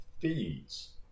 feeds